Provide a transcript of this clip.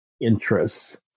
interests